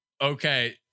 Okay